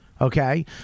Okay